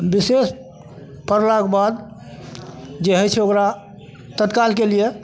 विशेष पड़लाके बाद जे होइ छै ओकरा तत्कालके लिए